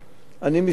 אני מסתמך